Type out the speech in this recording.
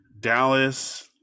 Dallas